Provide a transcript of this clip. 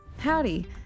Howdy